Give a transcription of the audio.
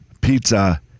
pizza